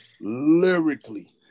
lyrically